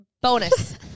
Bonus